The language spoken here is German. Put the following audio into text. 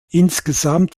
insgesamt